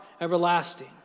everlasting